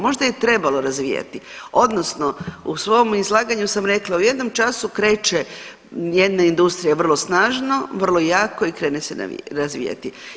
Možda je trebalo razvijati, odnosno u svom izlaganju sam rekla, u jednom času kreće jedna industrija vrlo snažno, vrlo jako i krene se razvijati.